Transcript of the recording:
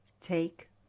Take